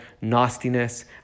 nastiness